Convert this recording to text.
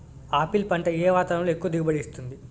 Apple పంట ఏ వాతావరణంలో ఎక్కువ దిగుబడి ఇస్తుంది?